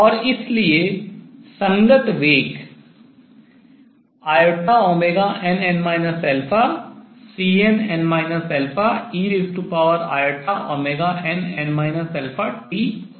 और इसलिए संगत वेग inn Cnn einn t हो गया